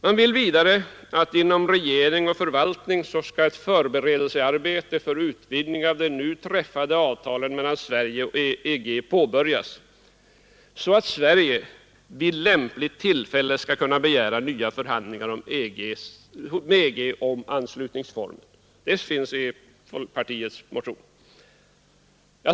Man vill vidare att inom regering och förvaltning ett förberedelsearbete för utvidgning av de nu träffade avtalen mellan Sverige och EG skall påbörjas så att Sverige vid lämpligt tillfälle skall kunna begära nya förhandlingar med EG om anslutningsformen. Det står i folkpartiets motion.